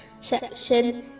section